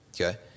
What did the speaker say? Okay